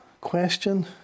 question